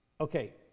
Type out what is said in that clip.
Okay